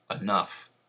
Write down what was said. enough